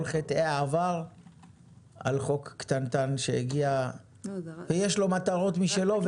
חטאי העבר על חוק קטנטן שהגיע ויש לו מטרות משלו -- לא,